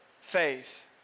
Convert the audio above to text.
faith